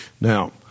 Now